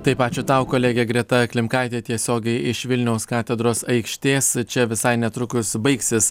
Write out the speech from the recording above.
taip ačiū tau kolegė greta klimkaitė tiesiogiai iš vilniaus katedros aikštės čia visai netrukus baigsis